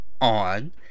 on